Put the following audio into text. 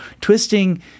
twisting